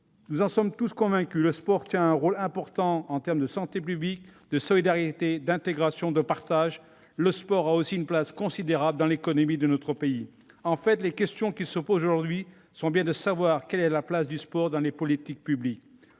Nous en sommes tous convaincus, le sport tient un rôle important en termes de santé publique, de solidarité, d'intégration et de partage ; il a aussi une place considérable dans l'économie de notre pays. En fait, les questions qui se posent aujourd'hui sont bien de savoir quelle place on lui donne au sein des politiques publiques.